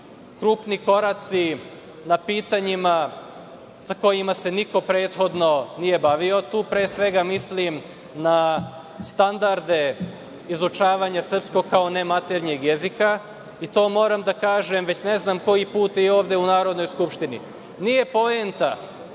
krupni koraci na pitanjima kojima se niko prethodno nije bavio. Tu pre svega mislim na standarde izučavanja srpskog kao nematernjeg jezika, i to moram da kažem već ne znam koji put i ovde u Narodnoj skupštini, nije poenta